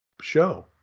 show